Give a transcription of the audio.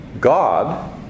God